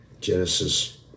Genesis